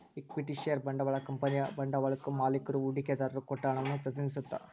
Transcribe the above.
equity share ಬಂಡವಾಳ ಕಂಪನಿಯ ಬಂಡವಾಳಕ್ಕಾ ಮಾಲಿಕ್ರು ಹೂಡಿಕೆದಾರರು ಕೊಟ್ಟ ಹಣವನ್ನ ಪ್ರತಿನಿಧಿಸತ್ತ